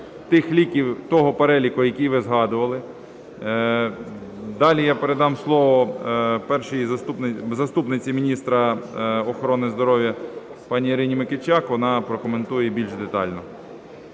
тих ліків, того переліку, який ви згадували. Далі я передам слово першій заступниці міністра охорони здоров'я пані Ірині Микичак, вона прокоментує більш детально.